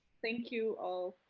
thank you all.